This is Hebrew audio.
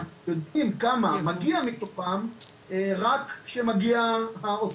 אנחנו יודעים כמה הגיע מתוכם רק לאחר שזה מגיע.